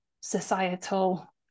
societal